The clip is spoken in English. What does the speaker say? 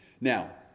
Now